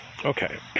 Okay